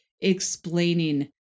explaining